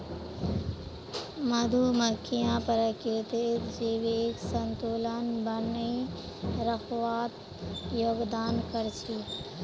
मधुमक्खियां प्रकृतित जैविक संतुलन बनइ रखवात योगदान कर छि